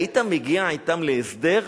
היית מגיע אתם להסדר?